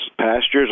Pastures